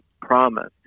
promise